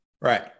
Right